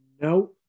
No